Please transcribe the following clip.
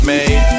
Made